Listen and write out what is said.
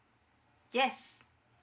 yes